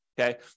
okay